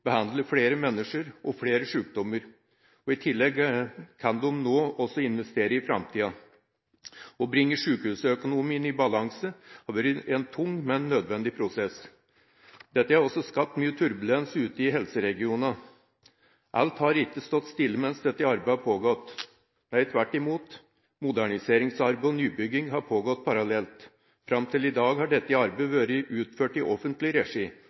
behandler flere mennesker og flere sykdommer. I tillegg kan de nå også investere i framtida. Å bringe sjukehusøkonomien i balanse har vært en tung, men nødvendig prosess. Dette har også skapt mye turbulens ute i helseregionene. Alt har ikke stått stille mens dette arbeidet har pågått. Nei, tvert imot – moderniseringsarbeidet og nybygging har pågått parallelt. Fram til i dag har dette arbeidet vært utført i offentlig regi